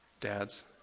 dads